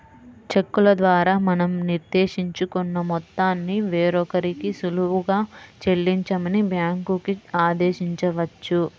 చెక్కుల ద్వారా మనం నిర్దేశించుకున్న మొత్తాన్ని వేరొకరికి సులువుగా చెల్లించమని బ్యాంకులకి ఆదేశించవచ్చు